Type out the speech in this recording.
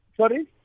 Sorry